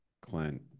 Clint